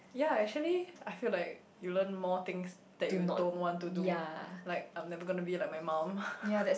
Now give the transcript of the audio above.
ya actually I feel like you learn more things that you don't want to do like I'm never gonna be like my mum